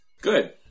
Good